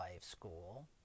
school